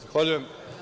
Zahvaljujem.